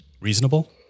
reasonable